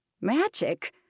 Magic